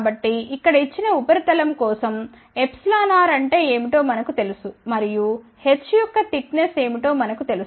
కాబట్టి ఇక్కడ ఇచ్చిన ఉపరితలం కోసం r అంటే ఏమిటో మనకు తెలుసు మరియు h యొక్క తిక్ నెస్ ఏమిటో మనకు తెలుసు